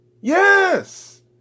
Yes